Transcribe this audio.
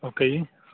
okay ਜੀ